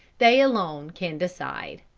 they alone can decide.